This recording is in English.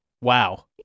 Wow